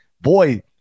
boy